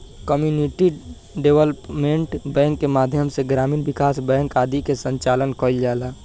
community development bank के माध्यम से ग्रामीण विकास बैंक आदि के संचालन कईल जाला